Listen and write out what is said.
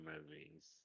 movies